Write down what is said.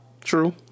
True